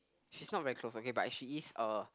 she's not very close okay but she is a